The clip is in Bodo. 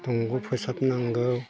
दंग' फोसाबनांगौ